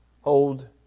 hold